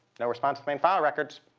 no response to main file records.